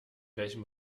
welchem